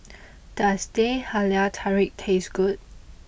does Teh Halia Tarik taste good